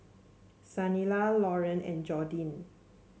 Saniyah Lauren and Jordin